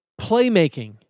playmaking